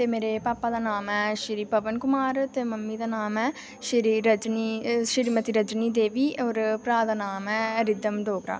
ते मेरे पापे दा नाम ऐ श्री पवन कुमार ते मम्मी दा नाम ऐ श्री रजनी श्रीमति रजनी देवी होर भ्राऽ दा नाम ऐ रिद्म डोगरा